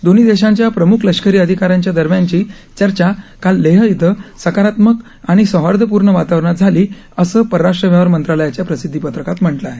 दोन्ही देशांच्या प्रमुख लष्करी अधिकाऱ्यांदरम्यान ची चर्चा काल लेह इथं सकारात्मक आणि सौहार्दपूर्ण वातावरणात झाली असं परराष्ट्रव्यवहार मंत्रालयाच्या प्रसिदधीपत्रकात म्हटलं आहे